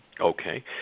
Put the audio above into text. Okay